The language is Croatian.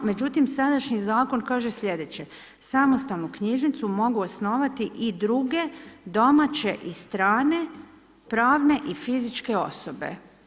Međutim, sadašnji Zakon kaže slijedeće, samostalnu knjižnicu mogu osnovati i druge domaće i strane pravne i fizičke osobe.